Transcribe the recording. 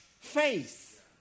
faith